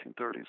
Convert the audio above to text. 1930s